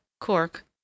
Cork